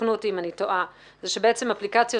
תקנו אותי אם אני טועה זה שבעצם אפליקציות